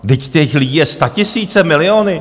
Vždyť těch lidí je statisíce, miliony.